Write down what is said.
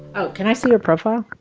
oh, can i see your profile?